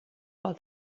all